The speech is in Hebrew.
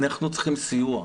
אנחנו צריכים סיוע.